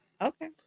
Okay